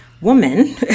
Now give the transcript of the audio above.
woman